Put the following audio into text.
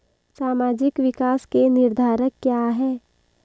सामाजिक विकास के निर्धारक क्या है?